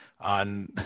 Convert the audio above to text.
on